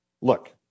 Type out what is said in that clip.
look